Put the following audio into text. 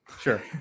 Sure